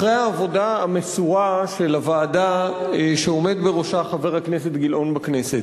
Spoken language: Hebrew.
אחרי העבודה המסורה של הוועדה שעומד בראשה חבר הכנסת גילאון בכנסת,